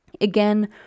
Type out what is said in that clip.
again